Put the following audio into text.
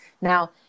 Now